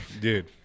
Dude